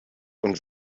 und